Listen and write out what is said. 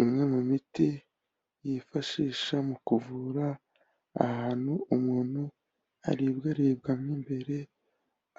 Imwe mu miti yifashisha mu kuvura ahantu umuntu aribwaribwa mo imbere